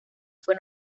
fue